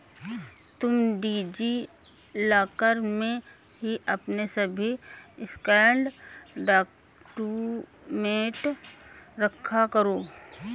तुम DigiLocker में ही अपने सभी स्कैंड डाक्यूमेंट रखा करो